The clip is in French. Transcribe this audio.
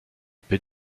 peu